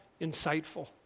insightful